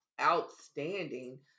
outstanding